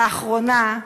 והאחרונה,